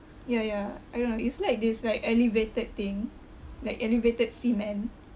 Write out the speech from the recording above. ya ya I don't know it's like there's like elevated thing like elevated cement